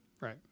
Right